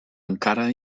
encara